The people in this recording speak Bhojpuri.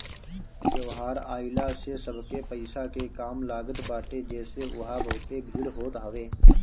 त्यौहार आइला से सबके पईसा के काम लागत बाटे जेसे उहा बहुते भीड़ होत हवे